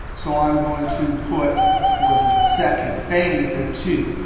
so, i'm going to put for the second fannie the two.